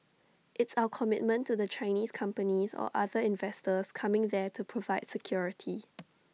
it's our commitment to the Chinese companies or other investors coming there to provide security